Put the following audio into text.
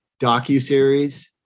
docuseries